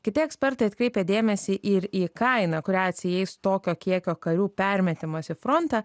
kiti ekspertai atkreipia dėmesį ir į kainą kurią atsieis tokio kiekio karių permetimas į frontą